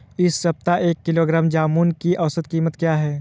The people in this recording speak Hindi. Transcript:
इस सप्ताह एक किलोग्राम जामुन की औसत कीमत क्या है?